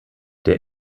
der